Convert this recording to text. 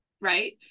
right